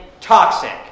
toxic